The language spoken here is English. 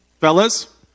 Fellas